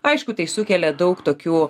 aišku tai sukelia daug tokių